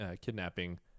kidnapping